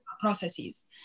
processes